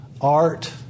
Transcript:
Art